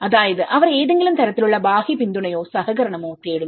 അതായത് അവർ ഏതെങ്കിലും തരത്തിലുള്ള ബാഹ്യ പിന്തുണയോ സഹകരണമോ തേടുന്നു